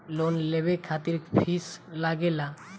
Loan लेवे खातिर fees लागेला?